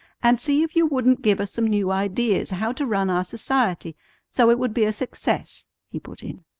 and see if you wouldn't give us some new ideas how to run our society so it would be a success, he put in.